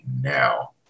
now